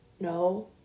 no